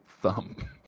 thumb